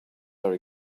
are